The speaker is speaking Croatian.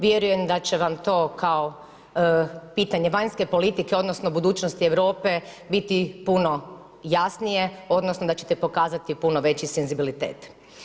Vjerujem da će vam to kao pitanje vanjske politike odnosno budućnosti Europe biti puno jasnije odnosno da ćete pokazati puno veći senzibilitet.